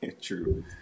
true